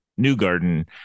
Newgarden